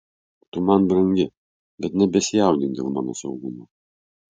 tu man brangi bet nebesijaudink dėl mano saugumo